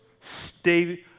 Stay